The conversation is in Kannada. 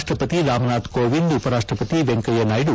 ರಾಷ್ಟಪತಿ ರಾಮನಾಥ್ ಕೋವಿಂದ್ ಉಪರಾಷ್ಟಪತಿ ವೆಂಕಯ್ಯನಾಯ್ವ